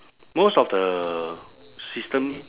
most of the system